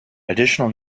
additional